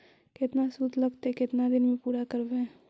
केतना शुद्ध लगतै केतना दिन में पुरा करबैय?